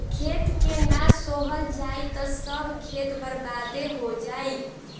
खेत के ना सोहल जाई त सब खेत बर्बादे हो जाई